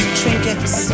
trinkets